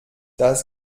das